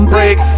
Break